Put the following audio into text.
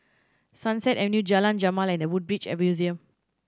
Sunset Avenue Jalan Jamal and The Woodbridge Museum